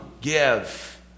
Give